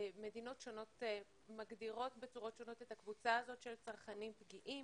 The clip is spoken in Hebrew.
שמדינות שונות מגדירות בצורות שונות את הקבוצה הזאת של צרכנים פגיעים.